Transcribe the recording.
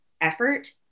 effort